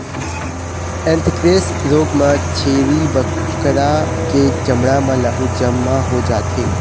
anthrax रोग म छेरी बोकरा के चमड़ा म लहू जमा हो जाथे